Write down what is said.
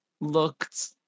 looked